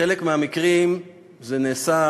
בחלק מהמקרים זה נעשה,